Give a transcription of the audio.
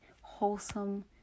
wholesome